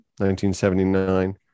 1979